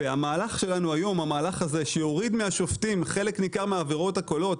המהלך שלנו היום שיוריד מהשופטים חלק ניכר מהעבירות הקלות,